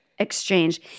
exchange